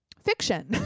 Fiction